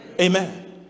Amen